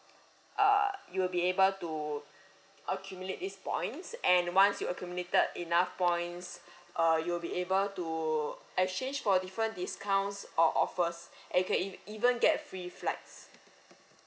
uh you will be able to accumulate these points and once you accumulated enough points uh you'll be able to exchange for different discounts or offers and can e~ even get free flights